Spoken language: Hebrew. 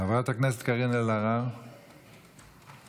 חברת הכנסת קארין אלהרר, איננה.